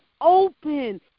open